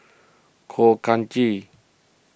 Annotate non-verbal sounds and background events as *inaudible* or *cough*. Khor *unintelligible* Ghee